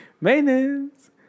maintenance